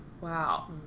Wow